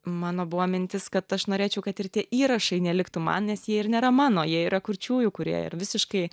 mano buvo mintis kad aš norėčiau kad ir tie įrašai neliktų man nes jie ir nėra mano jie yra kurčiųjų kurie ir visiškai